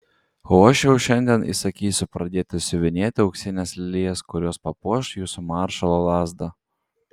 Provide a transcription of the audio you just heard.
o aš jau šiandien įsakysiu pradėti siuvinėti auksines lelijas kurios papuoš jūsų maršalo lazdą